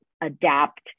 adapt